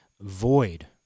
void